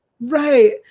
right